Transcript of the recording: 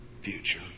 future